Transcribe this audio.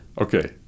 Okay